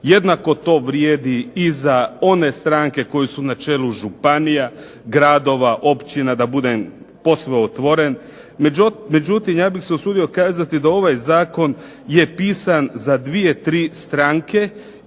Jednako to vrijedi i za one stranke koje su na čelu županija, gradova, općina, da budem posve otvoren. Međutim, ja bih se usudio kazati da ovaj zakon je pisan za 2, 3 stranke